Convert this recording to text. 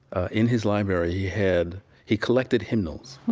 in his library, he had he collected hymnals